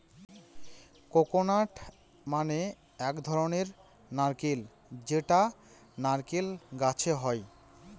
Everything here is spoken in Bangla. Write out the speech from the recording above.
কোকোনাট মানে এক ধরনের নারকেল যেটা নারকেল গাছে হয়